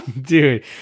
dude